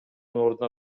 ордуна